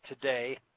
today